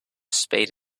spade